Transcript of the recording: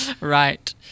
Right